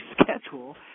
schedule